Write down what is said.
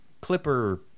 Clipper